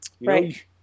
Right